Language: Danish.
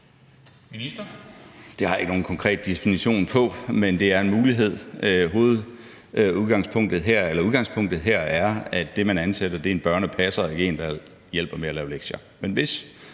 Det har jeg ikke nogen konkret definition på, men det er en mulighed. Udgangspunktet her er, at det, man ansætter, er en børnepasser og ikke en, der hjælper med at lave lektier.